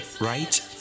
right